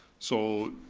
so,